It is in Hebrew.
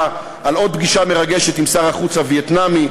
על עוד פגישה מרגשת עם שר החוץ הווייטנאמי,